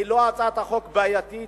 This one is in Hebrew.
היא לא הצעת חוק בעייתית.